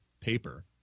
paper